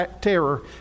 terror